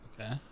Okay